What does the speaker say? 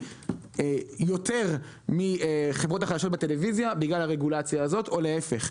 יותר מחברות החדשות בטלוויזיה בגלל הרגולציה הזאת או להפך.